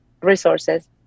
resources